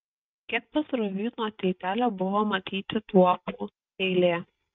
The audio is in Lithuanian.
kiek pasroviui nuo tiltelio buvo matyti tuopų eilė